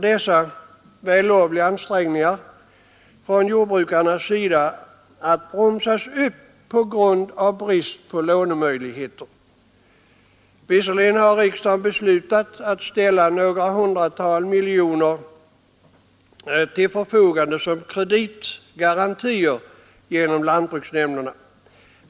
Dessa vällovliga ansträngningar från jordbrukarnas sida riskerar att bromsas upp av brist på lånemöjligheter. Visserligen har riksdagen beslutat att ställa några hundratal miljoner till förfogande som kreditgarantier genom lantbruksnämnderna.